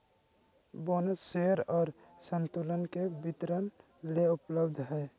bonus share और संतुलन के वितरण ले उपलब्ध हइ